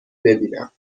ببینم